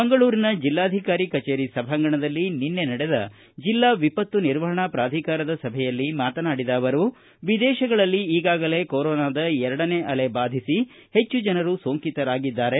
ಮಂಗಳೂರಿನ ಜೆಲ್ಲಾಧಿಕಾರಿ ಕಚೇರಿಯ ಸಭಾಂಗಣದಲ್ಲಿ ನಡೆದ ಜೆಲ್ಲಾ ವಿಪತ್ತು ನಿರ್ವಹಣಾ ಪ್ರಾಧಿಕಾರದ ಸಭೆಯಲ್ಲಿ ಮಾತನಾಡಿದ ಅವರು ವಿದೇಶಗಳಲ್ಲಿ ಈಗಾಗಲೇ ಕೊರೋನಾದ ಎರಡನೇ ಅಲೆ ಬಾಧಿಸಿ ಹೆಚ್ಚು ಜನರು ಸೋಂಕಿತರಾಗಿದ್ದಾರೆ